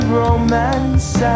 romance